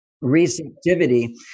receptivity